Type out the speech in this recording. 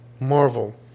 Marvel